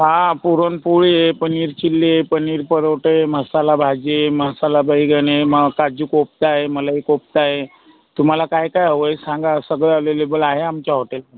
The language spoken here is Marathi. हा पुरणपोळी आहे पनीर चिल्ली आहे पनीर परोठे आहे मसाला भाजी आहे मसाला बैगन आहे काजू कोफ्ता आहे मलाई कोफ्ता आहे तुम्हाला काय काय हवंय सांगा सगळं अव्हेलेबल आहे आमच्या हॉटेलमध्ये